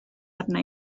arna